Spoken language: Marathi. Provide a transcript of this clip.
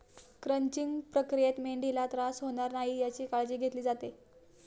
क्रंचिंग प्रक्रियेत मेंढीला त्रास होणार नाही याची काळजी घेतली जाते